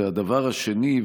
הדבר השני,